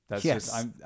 Yes